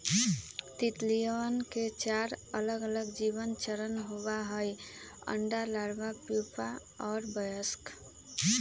तितलियवन के चार अलगअलग जीवन चरण होबा हई अंडा, लार्वा, प्यूपा और वयस्क